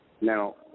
now